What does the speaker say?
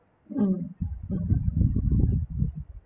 mm mm